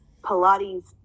Pilates